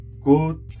Good